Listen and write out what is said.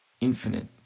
infinite